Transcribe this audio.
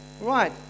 Right